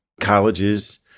colleges